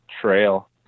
trail